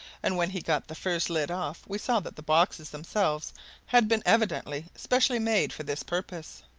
and when he got the first lid off we saw that the boxes themselves had been evidently specially made for this purpose.